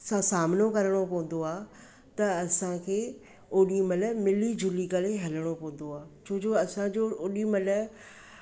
असां सामनो करणो पवंदो आहे त असांखे ओॾी महिल मिली जुली करे हलणो पवंदो आहे छो जो असांजो ओॾी महिल